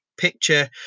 picture